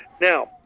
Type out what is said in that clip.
Now